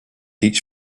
each